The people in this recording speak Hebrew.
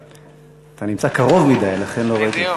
אתה נמצא קרוב מדי, לכן לא ראיתי.